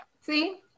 See